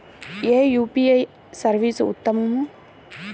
ఏ UPI service ఉత్తమము?